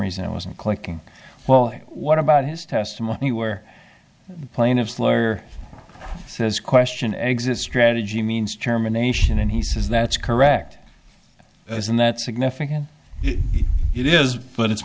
reason it wasn't clicking well what about his testimony where the plaintiff's lawyer says question exit strategy means germination and he says that's correct isn't that significant it is but it's